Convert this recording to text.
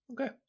Okay